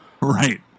Right